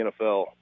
NFL